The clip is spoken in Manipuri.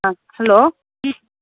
ꯑ ꯍꯂꯣ